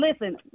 Listen